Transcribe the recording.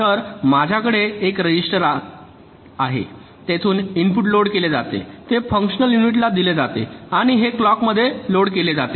तर माझ्याकडे एक रजिस्टर आहे तेथून इनपुट लोड केले जाते ते फंक्शनल युनिटला दिले जाते आणि हे क्लॉकमध्ये लोड केले जाते